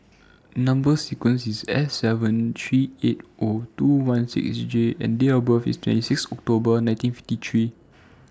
Number sequence IS S seven three eight O two one six J and Date of birth IS twenty six October nineteen fifty three